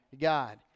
God